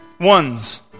ones